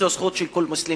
זו זכות של כל מוסלמי.